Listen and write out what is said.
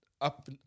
up